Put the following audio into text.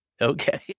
Okay